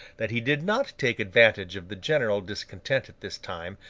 that he did not take advantage of the general discontent at this time,